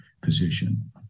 position